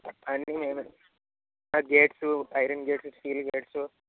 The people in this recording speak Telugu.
అన్నీ మేమే gates iron gates steel gates